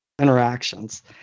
interactions